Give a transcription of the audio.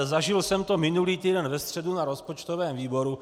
Zažil jsem to minulý týden ve středu na rozpočtovém výboru.